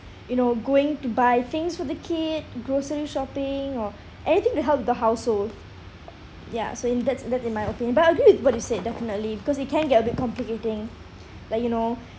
you know going to buy things for the kid grocery shopping or anything to help the household ya so in that that in my opinion I agree with what you said definitely because it can get a bit complicating like you know